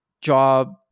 job